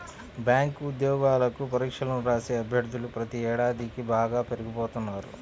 bank ఉద్యోగాలకు పరీక్షలను రాసే అభ్యర్థులు ప్రతి ఏడాదికీ బాగా పెరిగిపోతున్నారు